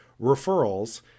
referrals